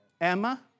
Emma